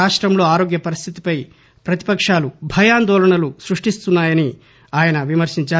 రాష్టంలో ఆరోగ్య పరిస్టితిపై ప్రతిపక్షాలు భయందోళనలు సృష్టిస్తున్నాయని ఆయన విమర్నించారు